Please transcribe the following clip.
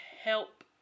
help